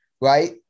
right